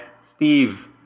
Steve